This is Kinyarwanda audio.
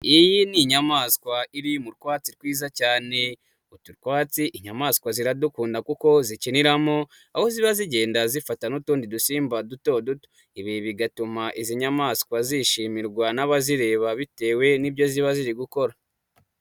Iyi ni inyamaswa iri mutwatsi rwiza cyane, utu twatsi inyamaswa ziradukunda kuko zikiniramo, aho ziba zigenda zifata n'utundi dusimba duto duto, ibi bigatuma izi nyamaswa zishimirwa n'abazireba, bitewe n'ibyo ziba ziri gukora.